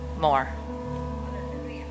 more